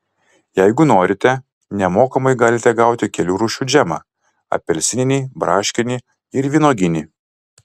jeigu norite nemokamai galite gauti kelių rūšių džemą apelsininį braškinį ir vynuoginį